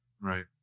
right